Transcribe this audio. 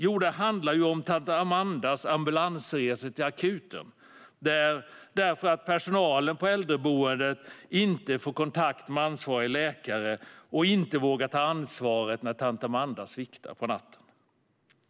Jo, det handlar om tant Amandas ambulansresor till akuten på grund av att personalen på äldreboendet inte får kontakt med ansvarig läkare och inte vågar ta ansvaret när tant Amanda sviktar på natten.